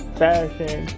fashion